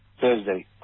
Thursday